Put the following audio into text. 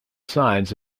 signs